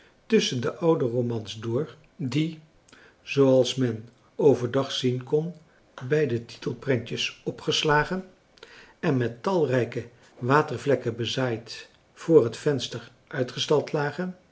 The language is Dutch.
tusschen de oude romans door die zooals men over dag françois haverschmidt familie en kennissen zien kon bij de titelprentjes opgeslagen en met talrijke watervlekken bezaaid voor het venster uitgestald lagen